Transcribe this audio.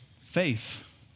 Faith